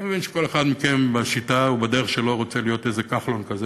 אני מבין שכל אחד מכם בשיטה ובדרך שלו רוצה להיות איזה כחלון כזה,